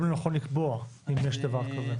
ואם ניתן לקבוע אם יש דבר כזה.